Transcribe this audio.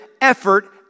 effort